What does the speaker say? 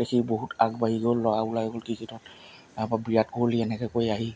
দেখি বহুত আগবাঢ়ি গ'ল ল'ৰা ওলাই গ'ল ক্ৰিকেটত আকৌ বিৰাট কোহলি এনেকৈ কৰি আহি